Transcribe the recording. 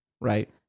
Right